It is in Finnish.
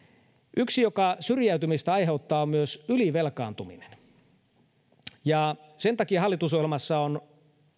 yksi asia joka aiheuttaa syrjäytymistä on myös ylivelkaantuminen sen takia hallitusohjelmassa on